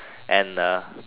and uh